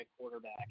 quarterback